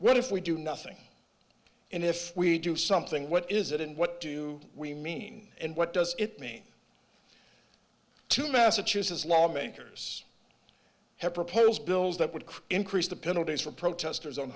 what if we do nothing and if we do something what is it and what do we mean and what does it mean to massachusetts lawmakers have proposed bills that would increase the penalties for protesters on